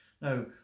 Now